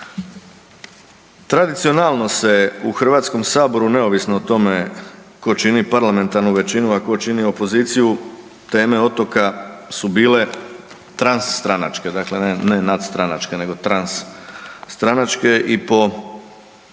Tradicionalno se u Hrvatskom saboru neovisno o tome tko čini parlamentarnu većinu, a tko čini opoziciju teme otoka su bile transstranačke dakle ne nadstranačke nego transstranačke i po kad